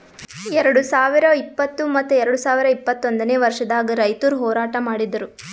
ಎರಡು ಸಾವಿರ ಇಪ್ಪತ್ತು ಮತ್ತ ಎರಡು ಸಾವಿರ ಇಪ್ಪತ್ತೊಂದನೇ ವರ್ಷದಾಗ್ ರೈತುರ್ ಹೋರಾಟ ಮಾಡಿದ್ದರು